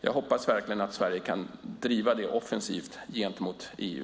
Jag hoppas verkligen att Sverige kan driva det offensivt mot EU.